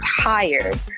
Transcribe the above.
tired